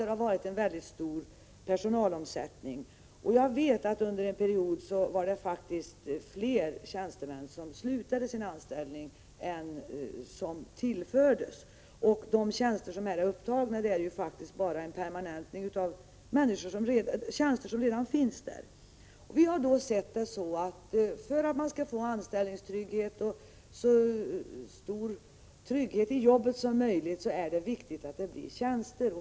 Det har varit en mycket stor personalomsättning på invandrarverket. Under en period var det faktiskt fler tjänstemän som slutade sina anställningar än som tillfördes verket. De tjänster som är upptagna i regeringsförslaget innebär bara en permanentning av resurser som redan finns där. För att man skall få anställningstrygghet och så stor trygghet i jobbet som möjligt är det viktigt att det inrättas tjänster.